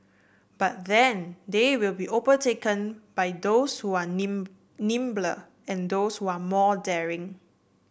but then they will be overtaken by those who are nimbler and those who are more daring